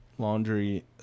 Laundry